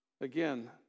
Again